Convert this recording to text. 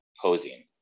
posing